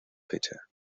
fecha